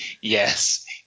Yes